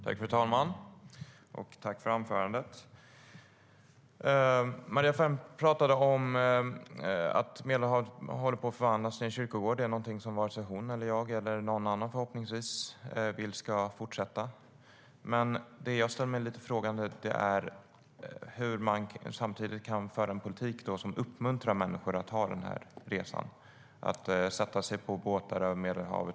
Fru talman! Jag tackar för anförandet. Maria Ferm talade om att Medelhavet håller på att förvandlas till en kyrkogård. Det är någonting som varken hon, jag eller någon annan förhoppningsvis vill ska fortsätta. Men det som jag ställer mig lite frågande till är hur man samtidigt kan föra en politik som uppmuntrar människor att göra denna resa och sätta sig i båtar som kanske inte är sjödugliga för att ta sig över Medelhavet.